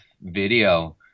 video